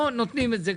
פה נותנים את זה,